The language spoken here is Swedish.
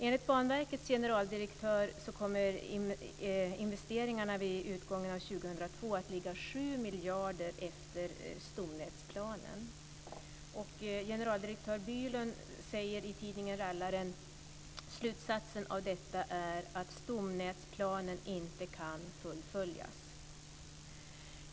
Enligt Banverkets generaldirektör kommer investeringarna vid utgången av 2002 att ligga 7 miljarder efter stomnätsplanen. Generaldirektör Bylund säger i tidningen Rallaren: Slutsatsen av detta är att stomnätsplanen inte kan fullföljas.